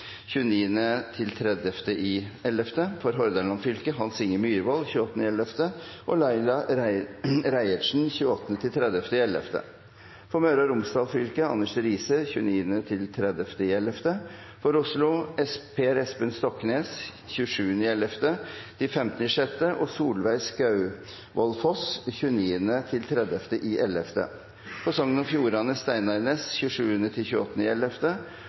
Hordaland fylke: Hans Inge Myrvold 28. november og Laila Reiertsen 28.–30. november For Møre og Romsdal fylke: Anders Riise 29.–30. november For Oslo: Per Espen Stoknes 27. november til 15. juni og Solveig Skaugvoll Foss 29.–30. november For Sogn og Fjordane fylke: Steinar Ness